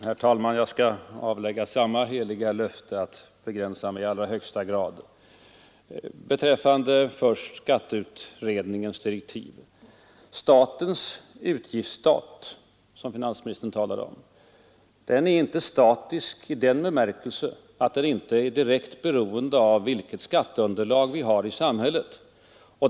Herr talman! Jag skall avlägga samma heliga löfte om att begränsa mig i allra högsta grad. Först beträffande skatteutredningens direktiv: Statens utgiftsstat, som finansministern talade om, är inte statisk i den bemärkelsen att den inte skulle vara direkt beroende av vilket skatteunderlag vi har i samhället.